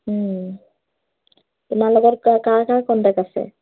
তোমাৰ লগৰ কাৰ কাৰ কণ্টেক্ট আছে